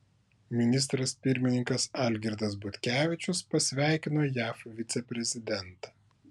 ministras pirmininkas algirdas butkevičius pasveikino jav viceprezidentą